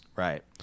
Right